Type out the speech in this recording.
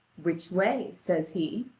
which way? says he.